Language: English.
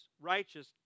righteous